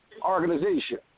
organization